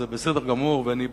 זה בסדר גמור ואני בעד,